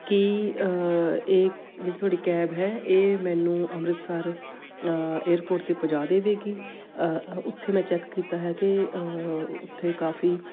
ਕੀ ਇਹ ਜਿਹੜੀ ਤੁਹਾਡੀ ਕੈਬ ਹੈ ਇਹ ਮੈਨੂੰ ਅੰਮ੍ਰਿਤਸਰ ਏਅਰਪੋਟ 'ਤੇ ਪੁਜਾ ਦੇਵੇਗੀ ਉੱਥੇ ਮੈਂ ਚੈੱਕ ਕੀਤਾ ਹੈ ਕਿ ਉੱਥੇ ਕਾਫੀ